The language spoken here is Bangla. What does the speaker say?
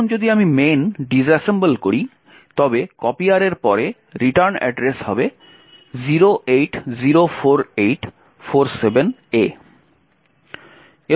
এখন যদি আমি main ডিস অ্যাসেম্বল করি তবে copier এর পরে রিটার্ন অ্যাড্রেস হবে 0804847A